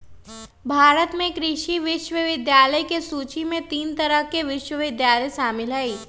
भारत में कृषि विश्वविद्यालय के सूची में तीन तरह के विश्वविद्यालय शामिल हई